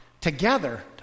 together